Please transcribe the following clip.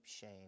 shame